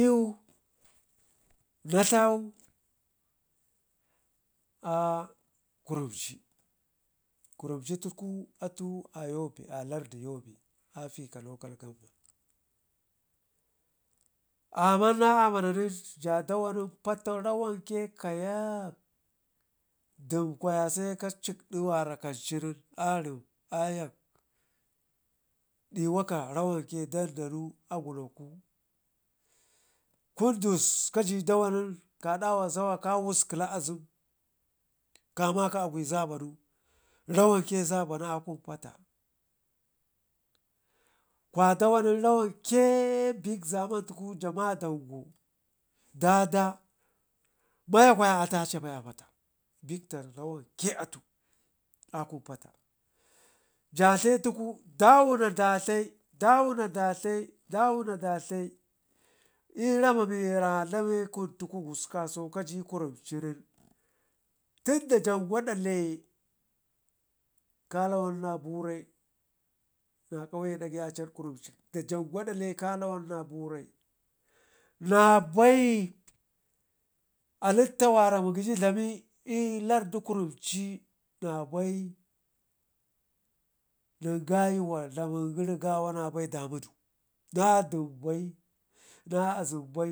l'yu nadla a kurumci kurumci tuku atu a tobe a lardu yobe afika local government, amman na amana nen ja ɗawanen Patau rawanke kayak dim kwaya se kam di wara kancu nen ayak ɗi waka rawanke dandanu aguna hu kun dus kaji dawanen ka dawa zawa kawusƙela azem, ƙamaka akwe zabanu rawanke zabanu akun pata kwadawanen ranwanke biƙ zaman tuku ja ma dango, ɗaɗa mai ataci bai apatan ɓikta rawanke atu akun pataja dlayi tuku dawuna da dlayi tuku dawuna da dlayi dawuna dadlayi l'rama mii na rane kun tuku l'gusku kabau kaji kurumcin nen, tunda da janga dolle kalawan na burai na əauye dakai a cad kurumci da jangadolle kalawan na burai halifta mara mugəyi allamu l'lardu kurumci nabei nengayu wa dlamin gəri gawa nab ci damudu na dimbai na azembai